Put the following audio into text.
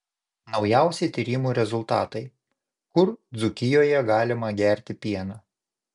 naujausi tyrimų rezultatai kur dzūkijoje galima gerti pieną